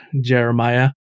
Jeremiah